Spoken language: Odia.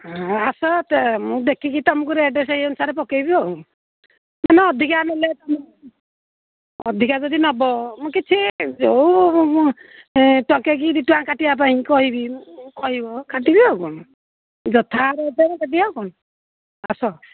ହଁ ଆସ ମୁଁ ଦେଖିକି ତମକୁ ରେଟ୍ ସେଇ ଅନୁସାରେ ପକେଇବି ଆଉ ମାନେ ଅଧିକା ନେଲେ ତମେ ଅଧିକା ଯଦି ନବ ମୁଁ କିଛି ଯୋଉ ଟଙ୍କେ କି ଦି ଟଙ୍କା କାଟିବା ପାଇଁ କହିବି କହିବ କାଟିବି ଆଉ କ'ଣ ଯଥା ରେଟ୍ରେ ଦେବି ଆଉ କ'ଣ ଆସ